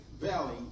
valley